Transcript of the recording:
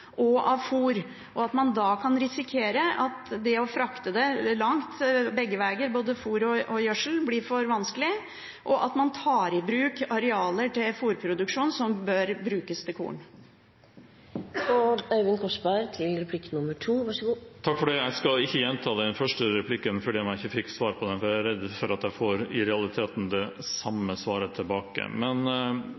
spredningsareal og av fôr, for man kan risikere at det å frakte både fôr og gjødsel langt begge veger blir for vanskelig, og at man tar i bruk arealer til fôrproduksjon som bør brukes til korn. Jeg skal ikke gjenta den første replikken, selv om jeg ikke fikk svar på den, for jeg er redd for at jeg i realiteten får det